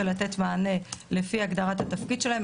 ולתת מענה לפי הגדרת התפקיד שלהם.